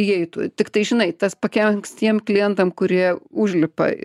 įeitų tiktai žinai tas pakenks tiem klientam kurie užlipa